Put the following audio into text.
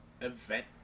event